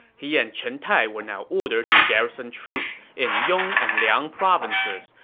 he and chen tai were now ordered to garrison troops in yong and liang provinces,